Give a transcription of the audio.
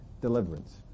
deliverance